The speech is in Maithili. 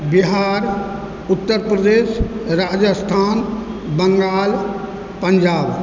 बिहार उत्तरप्रदेश राजस्थान बङ्गाल पञ्जाब